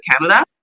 Canada